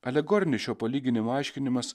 alegorinis šio palyginimo aiškinimas